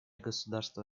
государство